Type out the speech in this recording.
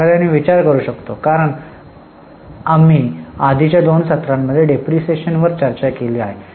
एखाद्याने विचार करू शकतो कारण आम्ही आधीच्या दोन सत्रांमध्ये डेप्रिसिएशन वर चर्चा केली आहे